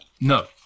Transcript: No